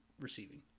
receiving